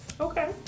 Okay